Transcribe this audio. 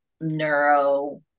neuro